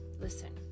Listen